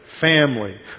family